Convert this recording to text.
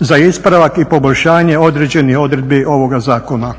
za ispravak i poboljšanje određenih odredbi ovoga zakona.